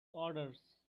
orders